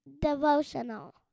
devotional